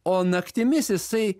o naktimis jisai